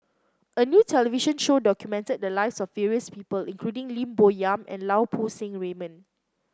a new television show documented the lives of various people including Lim Bo Yam and Lau Poo Seng Raymond